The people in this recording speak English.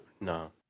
No